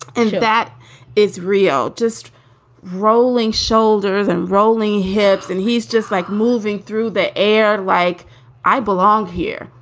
and that is real just rolling shoulders and rolling hips. and he's just like moving through the air like i belong here.